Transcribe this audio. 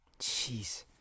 Jeez